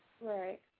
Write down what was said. Right